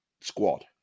squad